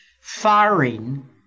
firing